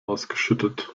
ausgeschüttet